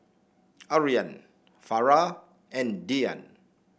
Aryan Farah and Dian